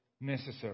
necessary